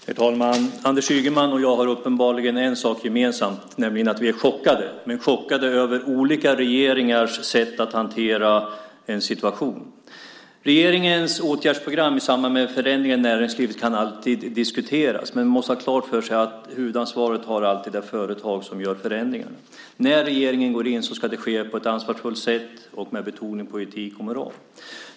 Herr talman! Anders Ygeman och jag har uppenbarligen en sak gemensamt, nämligen att vi är chockade. Vi är chockade över olika regeringars sätt att hantera en situation. Regeringens åtgärdsprogram i samband med förändringar i näringslivet kan alltid diskuteras. Vi måste ha klart för oss att huvudansvaret har alltid det företag som gör förändringarna. När regeringen går in ska det ske på ett ansvarsfullt sätt med betoning på etik och moral.